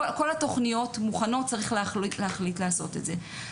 כל התוכניות מוכנות, צריך להחליט לעשות את זה.